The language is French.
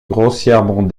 grossièrement